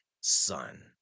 son